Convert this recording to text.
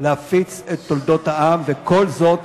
להפיץ את תולדות העם, וכל זאת